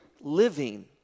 living